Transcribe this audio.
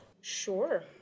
Sure